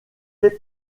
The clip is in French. fait